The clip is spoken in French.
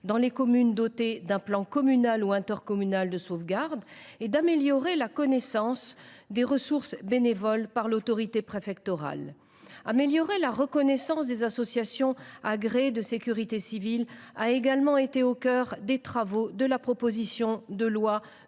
dans les communes dotées d’un plan communal ou intercommunal de sauvegarde et à parfaire la connaissance des ressources bénévoles par l’autorité préfectorale. Assurer une meilleure reconnaissance des associations agréées de sécurité civile a été l’un des aspects majeurs de la proposition de loi